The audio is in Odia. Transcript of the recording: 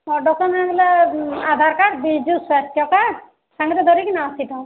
ହଉ ଡକ୍ୟୁମେଣ୍ଟ୍ ହେଲା ଆଧାର କାର୍ଡ଼ ବିଜୁ ସ୍ୱାସ୍ଥ୍ୟ କାର୍ଡ଼ ସାଙ୍ଗରେ ତ ଧରିକିନା ଆସିଥ